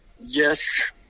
yes